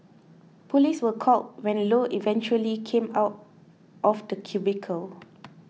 police were called when Low eventually came out of the cubicle